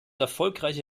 erfolgreiche